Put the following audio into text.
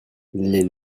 les